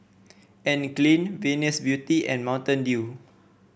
Anne Klein Venus Beauty and Mountain Dew